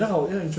他买